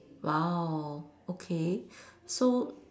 !wow! okay so